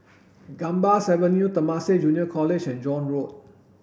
Gambas Avenue Temasek Junior College and John Road